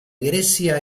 grecia